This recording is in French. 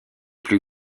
plus